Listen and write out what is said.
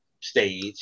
stage